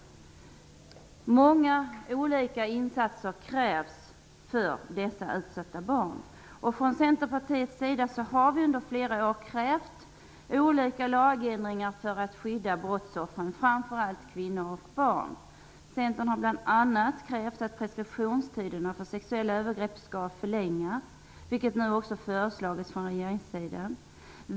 Många olika insatser krävs för att värna dessa utsatta barn. Från Centerpartiets sida har vi under flera år krävt olika lagändringar för att skydda brottsoffren, framför allt kvinnor och barn. Centern har bl.a. krävt att preskriptionstiden för sexuella övergrepp skall förlängas, vilket nu också har föreslagits från regeringssidan.